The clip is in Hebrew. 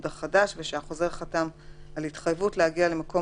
החדש ושהחוזר חתם בפניו על התחייבות להגיע למקום